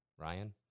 Ryan